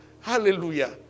Hallelujah